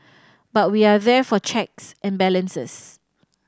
but we are there for checks and balances